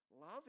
Love